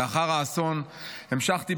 לאחר האסון המשכתי,